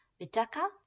Vitaka